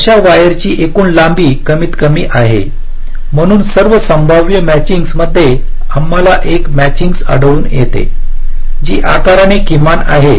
अशा वायरची एकूण लांबी कमीत कमी आहे म्हणून सर्व संभाव्य मॅचिंगस मध्ये आम्हाला एक मॅचिंगस आढळून येते जी आकार ने किमान आहे